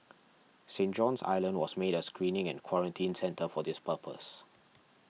Saint John's Island was made a screening and quarantine centre for this purpose